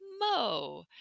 Mo